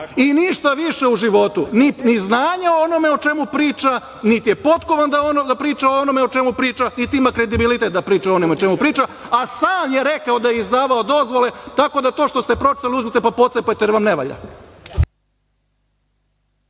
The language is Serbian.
i ništa više u životu. Ni znanja onome o čemu priča, nit je potkovan da on priča o onome o čemu priča, niti ima kredibilitet da priča o onome o čemu priča, a sam je rekao da je izdavao dozvole. Tako da, to što ste pročitali, uzmite pa pocepajte jer vam ne valja.